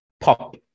pop